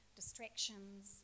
distractions